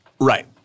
Right